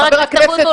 חבר הכנסת אבוטבול,